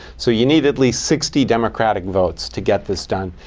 so you need at least sixty democratic votes to get this done.